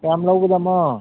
ꯀꯌꯥꯝ ꯂꯧꯒꯗꯃꯣ